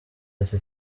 ati